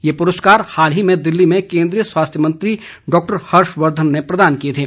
यह पुरस्कार हाल ही में दिल्ली में केन्द्रीय स्वास्थ्य मंत्री डॉक्टर हर्षवर्धन ने प्रदान किए थे